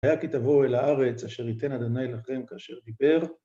ו‫היה כי תבואו אל הארץ ‫אשר ייתן אדני אלהיכם כאשר דיבר.